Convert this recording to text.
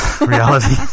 Reality